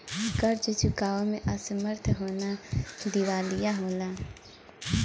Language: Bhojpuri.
कर्ज़ चुकावे में असमर्थ होना दिवालिया होला